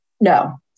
No